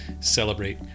celebrate